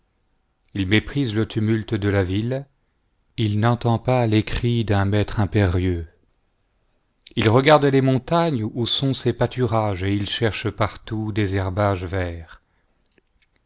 il méprise le tumulte de la ville il n'entend pas les cris d'un maître impérieux il regarde les montagnes où sont ses pâturages et il cherche partout des herbages verts